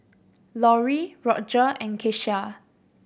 Lorrie Rodger and Keshia